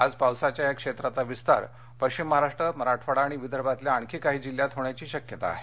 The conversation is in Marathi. आज पावसाच्या या क्षेत्राचा विस्तार पश्चिम महाराष्ट्र मराठवाडा आणि विदर्भातल्या आणखी काही जिल्ह्यात होण्याची शक्यता आहे